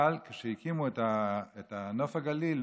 אבל כשהקימו את נוף הגליל,